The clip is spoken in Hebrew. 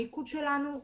ושם המיקוד שלנו.